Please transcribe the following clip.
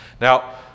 Now